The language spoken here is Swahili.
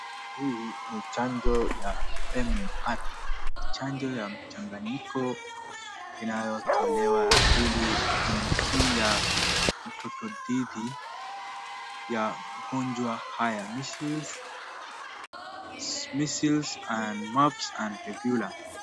Hii ni chanjo ya MMR, chanjo ya mchanganyiko inayotolewa ili kumkinga mtoto dhidi ya magonjwa haya measles and mumps and rebulla .